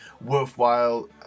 worthwhile